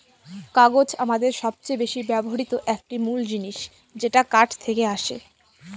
কাগজ আমাদের সবচেয়ে বেশি ব্যবহৃত একটি মূল জিনিস যেটা কাঠ থেকে আসে